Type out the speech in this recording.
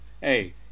hey